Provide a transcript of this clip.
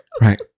Right